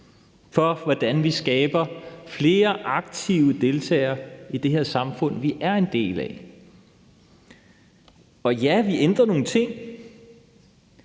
for, hvordan vi skaber flere aktive deltagere i det her samfund, vi er en del af. Og ja, vi ændrer nogle ting,